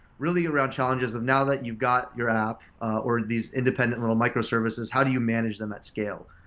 really around challenges of now that you've got your app, or these independent little microservices, how do you manage them at scale?